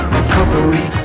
Recovery